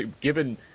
given